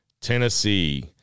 Tennessee